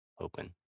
open